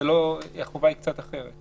החובה היא קצת אחרת.